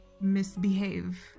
misbehave